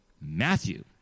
Matthew